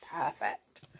Perfect